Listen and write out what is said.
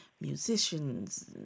musicians